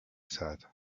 said